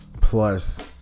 plus